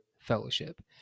fellowship